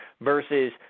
versus